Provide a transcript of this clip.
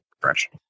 depression